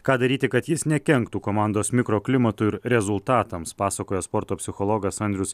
ką daryti kad jis nekenktų komandos mikroklimatui ir rezultatams pasakoja sporto psichologas andrius